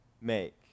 make